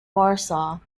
warsaw